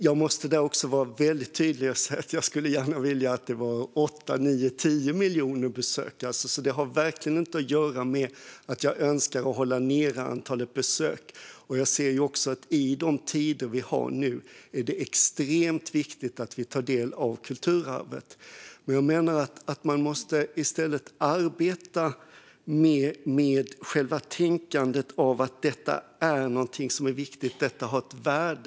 Jag måste vara tydlig och säga att jag gärna hade velat att det var 8, 9 eller 10 miljoner besökare; detta har verkligen inte att göra med att jag önskar hålla nere antalet besök. Jag ser också att det i de tider vi har nu är extremt viktigt att vi tar del av kulturarvet. Jag menar dock att man i stället måste arbeta med själva tänkandet att detta är någonting som är viktigt och har ett värde.